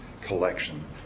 collection